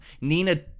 Nina